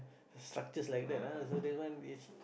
structures like that ah so that one is